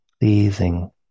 pleasing